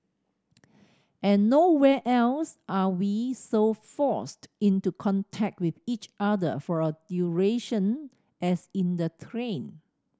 and nowhere else are we so forced into contact with each other for a duration as in the train